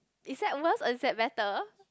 is that worse or is that better